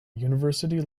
university